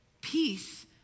Peace